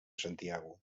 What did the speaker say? santiago